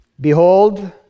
Behold